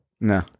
No